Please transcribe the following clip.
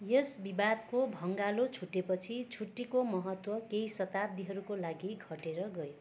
यस विवादको भँगालो छुटेपछि छुट्टीको महत्त्व केही शताब्दीहरूको लागि घटेर गयो